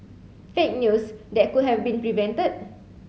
fake news that could have been prevented